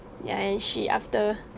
ya and she after